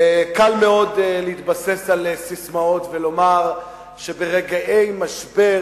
קל מאוד להתבסס על ססמאות ולומר שברגעי משבר